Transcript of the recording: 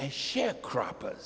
and share cropper